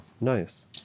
nice